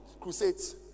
crusades